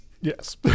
yes